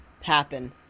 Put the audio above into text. happen